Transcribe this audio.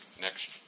Next